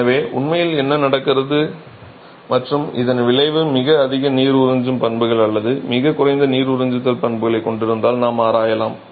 எனவே உண்மையில் என்ன நடக்கிறது மற்றும் இதன் விளைவை மிக அதிக நீர் உறிஞ்சும் பண்புகள் அல்லது மிகக் குறைந்த நீர் உறிஞ்சுதல் பண்புகளைக் கொண்டிருந்தால் நாம் ஆராயலாம்